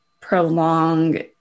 prolong